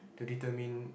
to determine